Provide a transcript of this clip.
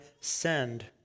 send